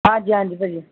ਹਾਂਜੀ ਹਾਂਜੀ ਭਾਅ ਜੀ